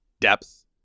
depth